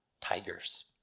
tigers